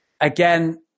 again